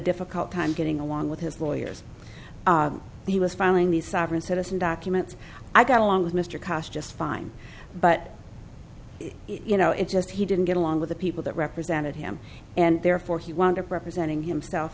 difficult time getting along with his lawyers he was filing these sovereign citizen documents i got along with mr cost just fine but you know it's just he didn't get along with the people that represented him and therefore he wound up representing himself